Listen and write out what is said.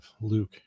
Luke